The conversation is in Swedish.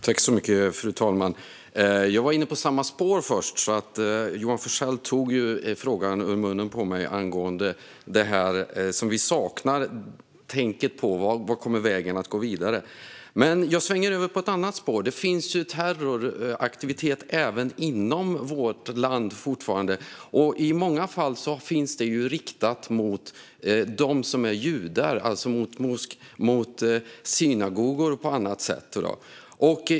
Fru talman! Jag var först inne på samma spår. Johan Forssell tog frågan ur munnen på mig angående det som vi saknar - tänket på vart vägen kommer att gå vidare. Men jag svänger över på ett annat spår. Det finns ju terroraktivitet även inom vårt land. I många fall är den riktad mot dem som är judar, mot synagogor och på annat sätt.